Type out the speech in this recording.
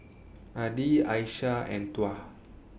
Adi Aisyah and Tuah